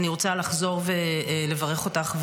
אני רוצה לחזור ולברך אותך,